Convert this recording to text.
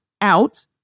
out